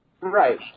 Right